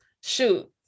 Shoot